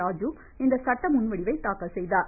ராஜு இந்த சட்டமுன்வடிவை தாக்கல் செய்தார்